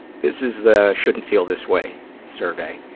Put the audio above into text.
this is the shouldn't feel this way survey,